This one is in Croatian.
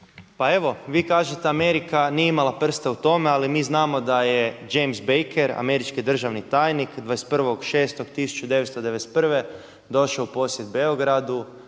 Pa evo vi kažete Amerika nije imala prste u tome, ali mi znamo da je James Baker američki državni tajnik 21.6.1991. došao u posjet Beogradu